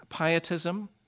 pietism